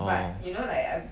orh